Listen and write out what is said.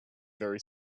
very